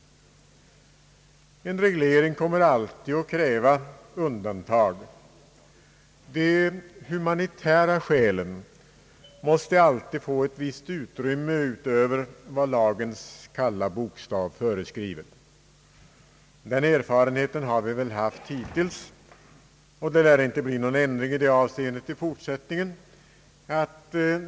En reglering kommer alltid att kräva undantag. De humanitära skälen måste alltid få ett visst utrymme utöver vad lagens kalla bokstav föreskriver. Den erfarenheten har vi väl haft hittills, och det lär inte bli någon ändring i det avseendet i fortsättningen.